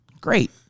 Great